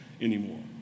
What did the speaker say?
anymore